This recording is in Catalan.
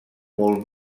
molt